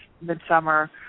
Midsummer